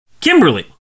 Kimberly